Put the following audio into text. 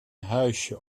huisje